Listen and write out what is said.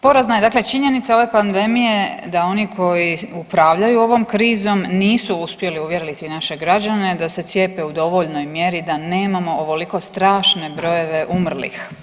Porazna je dakle činjenica ove pandemije da oni koji upravljaju ovom krizom nisu uspjeli uvjeriti naše građane da se cijepe u dovoljnoj mjeri da nemamo ovoliko strašne brojeve umrlih.